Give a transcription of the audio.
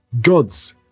God's